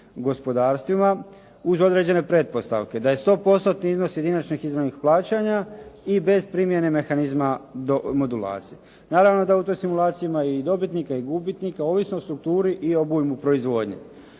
gospodarstvima uz određene pretpostavke, da je stopostotni iznos jediničnih izvornih plaćanja i bez primjene mehanizma do modulacije. Naravno da u toj simulaciji ima i dobitnika i gubitnika ovisno o strukturi i obujmu proizvodnje.